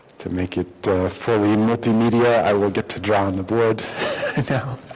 to make it fully multimedia i will get to draw on the bread now